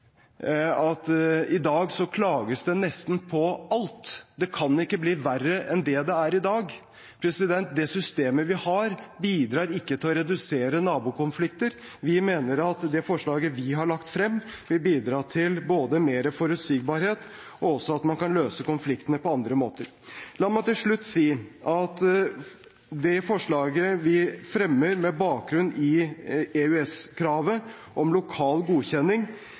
sa: I dag klages det på nesten alt – det kan ikke bli verre enn det det er i dag! Det systemet vi har, bidrar ikke til å redusere nabokonflikter. Vi mener at det forslaget vi har lagt frem, vil bidra til både mer forutsigbarhet, og at man kan løse konfliktene på andre måter. La meg til slutt si at med det forslaget vi fremmer, med bakgrunn i EØS-kravet om lokal godkjenning,